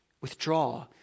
withdraw